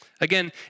Again